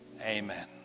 Amen